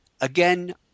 again